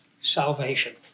salvation